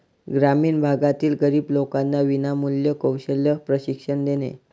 ग्रामीण भागातील गरीब लोकांना विनामूल्य कौशल्य प्रशिक्षण देणे